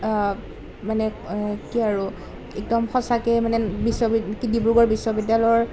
মানে কি আৰু একদম সঁচাকৈ মানে বিশ্ববিদ্যা কি ডিব্ৰুগড় বিশ্ববিদ্যালয়ৰ